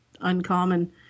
uncommon